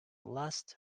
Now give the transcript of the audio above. last